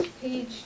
Page